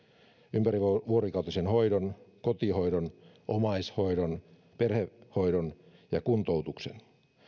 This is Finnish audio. ympärivuorokautisen hoidon kotihoidon omaishoidon perhehoidon ja kuntoutuksen